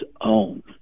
own